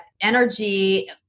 energy